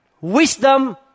wisdom